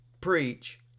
preach